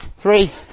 Three